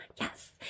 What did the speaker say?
Yes